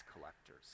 collectors